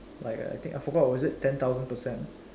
like err I think I forgot was it ten thousand percent